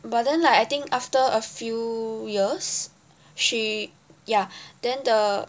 but then like I think after a few years she ya then the